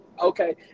Okay